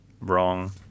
Wrong